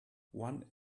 one